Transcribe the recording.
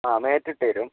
ആ മേറ്റിട്ട് തരും